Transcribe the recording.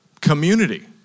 community